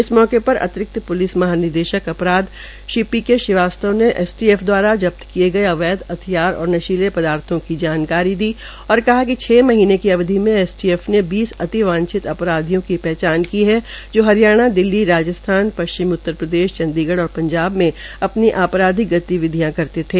इस मौके पर अतिरिक्त प्लिस माहनिदेशक अपराध श्री ओ पी अग्रवाल ने एसटीएफ दवारा जप्त किये गये अवैध हथियार और नशीले पदार्थो की जानकारी दी और कहा कि छ महीनें की अवधि में एसटीएफ ने बीस अतिवांछित अपराधियों की पहचान की है जो हरियाणा दिल्ली राजस्थान पश्चिमी यू पी चंडीगढ़ और पंजाब में अपनी आपराधिक गतिविधियां करते थे